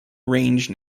range